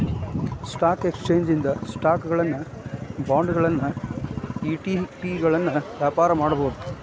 stock exchange ಇಂದ ಸ್ಟಾಕುಗಳನ್ನ ಬಾಂಡ್ಗಳನ್ನ ಇ.ಟಿ.ಪಿಗಳನ್ನ ವ್ಯಾಪಾರ ಮಾಡಬೋದು